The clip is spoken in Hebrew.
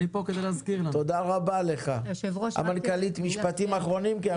אני רוצה לדייק את עצמי.